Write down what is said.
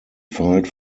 filed